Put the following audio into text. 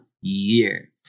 year